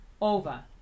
over